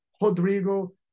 Rodrigo